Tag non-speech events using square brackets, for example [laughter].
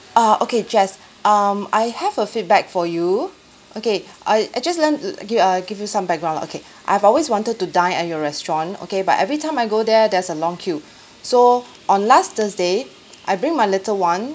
ah okay jess um I have a feedback for you okay [breath] I I just let l~ okay I'll give you some background lah okay [breath] I've always wanted to dine at your restaurant okay but every time I go there there's a long queue [breath] so on last thursday I bring my little one